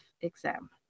exam